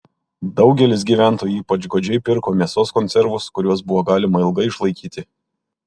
daugelis gyventojų ypač godžiai pirko mėsos konservus kuriuos buvo galima ilgai išlaikyti